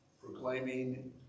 proclaiming